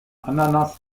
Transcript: ananas